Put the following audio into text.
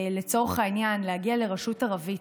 לצורך העניין, להגיע לרשות ערבית,